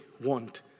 want